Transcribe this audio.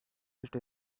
east